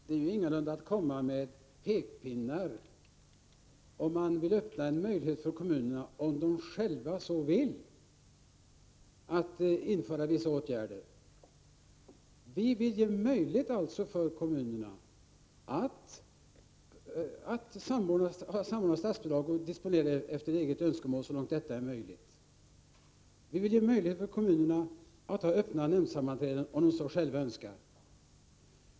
Fru talman! Det är ingalunda att komma med pekpinnar om man vill öppna en möjlighet för kommunerna, om de själva så vill, att vidta vissa åtgärder. Vi vill ge kommunerna möjlighet att samordna statsbidrag och disponera efter eget önskemål så långt som detta är möjligt. Vi vill ge kommunerna möjlighet att ha öppna nämndsammanträden om de själva så önskar.